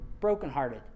brokenhearted